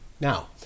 Now